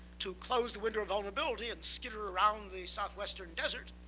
to close the window of vulnerability, and skitter around the southwestern desert,